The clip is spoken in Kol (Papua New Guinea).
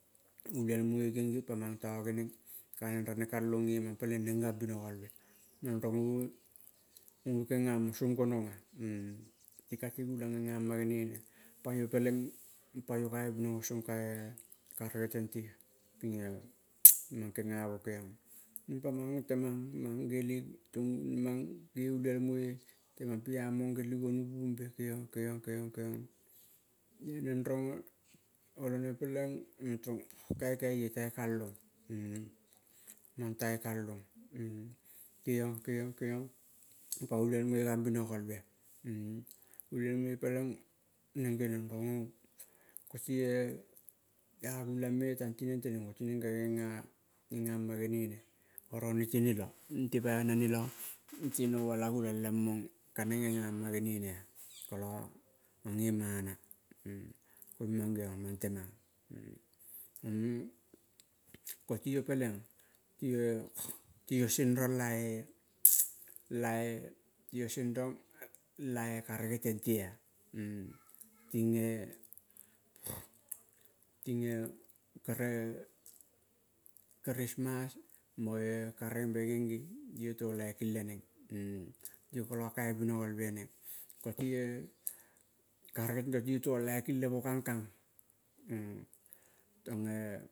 Ulielmoi genge pa mang togeneng, kaneng rane kalong gemang peleng pa neng kambinogolove, neng ronge oh goge kenga ma song gonong ah. Tikati gulang genga ma genene pa iyo peleng pa iyo kaibinogo song ka karege tente. Ping ing eh mang genga mo gegoing, koing ma pa mang temang geling togi ge ulielmoi temang pia mong geling geligonuvu be kegiong, kegiong, kegiong neng rong doneng peleng iyo. Tong kaikai eh tage kalong mang tage kalong. Kegiong, kegiong, kegiong pa ulielmoi peleng neng geniong rong oh. Ko ti-e ah gulang me tang tineng teneng ko ti neng ka genga ma genene. Oro nete nelo. Nete paiva nane lo nete nauo la gulang. Kaneng genga ma genene ah. Kolo mange mana, koing mangeon mang tamang. Koto ti iyo peleng tio-e to iyo sengrong la-e, la-e ti iyo sengrong la-e karege tente ah, ting eh, ting eh kere, krismas mo-e karege be ngene ti iyo laikil neng ti iyo kolo kaivinogo el neng. Ko ti-e karege tento ti iyo to laikil lemo kang kang to e